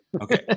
Okay